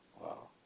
Wow